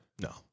No